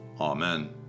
amen